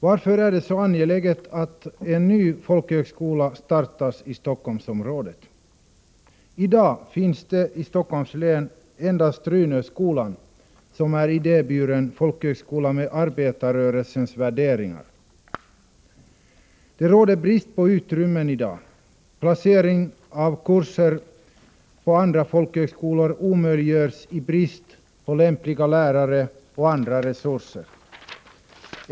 Varför är det så angeläget att en ny folkhögskola startas i Stockholmsområdet? I dag finns i Stockholms län endast Runöskolan som idéburen folkhögskola med arbetarrörelsens värderingar. Det råder brist på utrymmen i dag. Placering av kurser på andra folkhögskolor omöjliggörs i brist på lämpliga lärare och andra resurser.